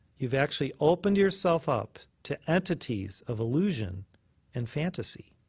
you've actually opened yourself up to entities of illusion and fantasy.